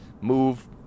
move